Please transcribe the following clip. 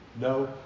No